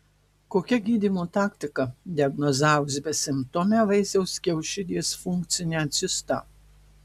kokia gydymo taktika diagnozavus besimptomę vaisiaus kiaušidės funkcinę cistą